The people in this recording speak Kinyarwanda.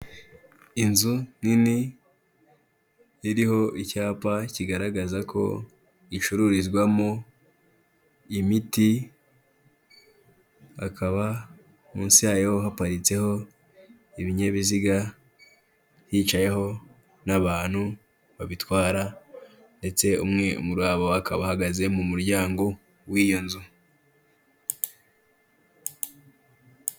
Inzu nini iriho icyapa kigaragaza ko icururizwamo imiti, hakaba munsi yayo haparitseho ibinyabiziga hicayeho n'abantu babitwara ndetse umwe muri abo akaba ahagaze mu muryango w'iyo nzu.